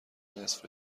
نصف